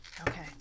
Okay